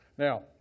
Now